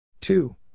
two